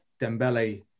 Dembele